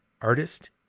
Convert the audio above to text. Artist